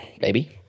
baby